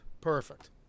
perfect